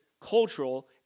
cultural